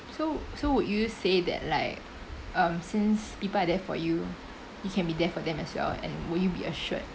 so would you say that like um since people are there for you you can be there for them as well and would you be assured